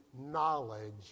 knowledge